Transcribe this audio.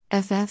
FF